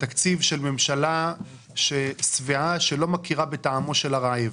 תקציב של ממשלה שבעה שלא מכירה בטעמו של הרעב.